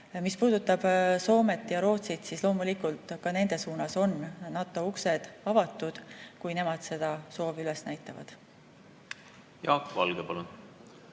Mis puudutab Soomet ja Rootsit, siis loomulikult ka nende suunas on NATO uksed avatud, kui nemad seda soovi üles näitavad. Aitäh, austatud